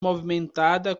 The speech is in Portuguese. movimentada